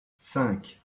cinq